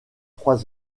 trois